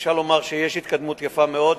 אפשר לומר שיש התקדמות יפה מאוד.